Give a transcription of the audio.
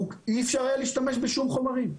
אי אפשר היה להשתמש באותם חומרים.